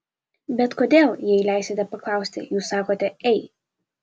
bet kodėl jei leisite paklausti jūs sakote ei